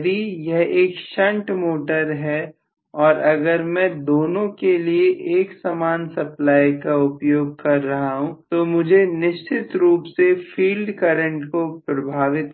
यदि यह एक शंट मोटर है और अगर मैं दोनों के लिए एक समान सप्लाई का उपयोग कर रहा हूं तो मुझे निश्चित रूप से फील्ड करंट को प्रभावित